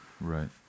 Right